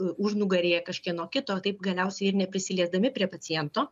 užnugaryje kažkieno kito taip galiausiai ir neprisiliesdami prie paciento